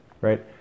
right